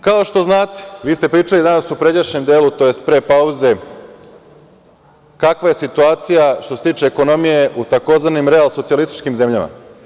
Kao što znate, vi ste pričali danas u pređašnjem delu, tj. pre pauze kakva je situacija što se tiče ekonomije u tzv. real-socijalističkim zmljama.